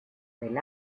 del